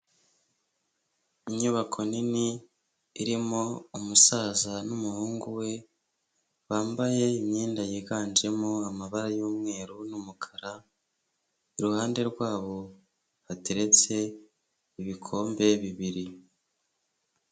Inyubako nini irimo umusaza n'umuhungu we bambaye imyenda yiganjemo amabara y'umweru n'umukara, iruhande rwabo hateretse ibikombe bibiri.